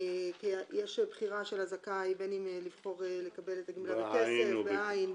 בין אם לבחור לקבל את הגמלה בכסף או בעין,